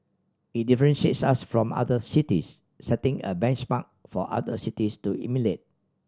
it differentiates us from other cities setting a benchmark for other cities to emulate